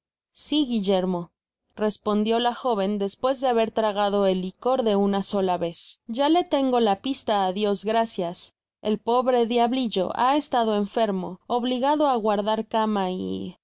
si guillermo respondió la joven despues de haber tragado el licor de una sola vez ya le lengo la pista á dios gracias el pobre diablillo ha estado enfermo obligado águardar cama y ah